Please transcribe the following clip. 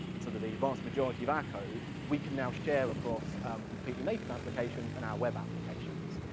so the the vast majority of our code, we can now share across completely native applications and our web applications.